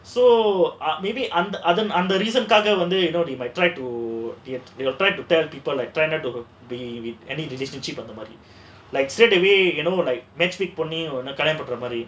so maybe under other அந்த:andha they might try to you will try to tell people like tended to be any relationship அந்த மாதிரி:andha maadhiri like straight away you know like matchmake only கல்யாணம் பண்ற மாதிரி:kalyanam pandra maadhiri